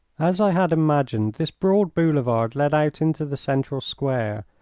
as i had imagined, this broad boulevard led out into the central square,